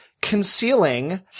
concealing